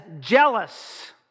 jealous